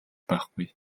байхгүй